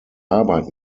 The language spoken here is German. arbeit